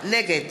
נגד